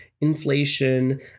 inflation